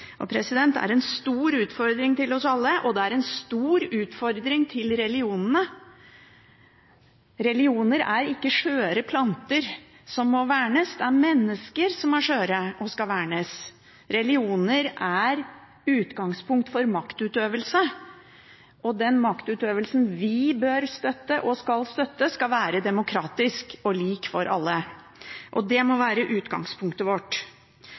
Det er en stor utfordring for oss alle, og det er en stor utfordring for religionene. Religioner er ikke skjøre planter som må vernes, det er mennesker som er skjøre og skal vernes. Religioner er utgangspunkt for maktutøvelse. Den maktutøvelsen vi bør støtte og skal støtte, skal være demokratisk og lik for alle. Det må være utgangspunktet vårt.